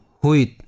Huit